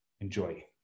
enjoy